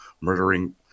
murdering